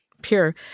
pure